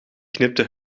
knipte